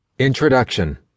Introduction